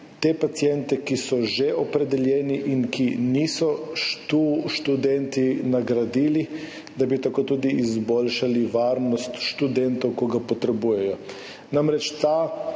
te paciente, ki so že opredeljeni in ki niso študenti, nagradili, da bi tako tudi izboljšali varnost študentov, ki jo potrebujejo. Namreč, ta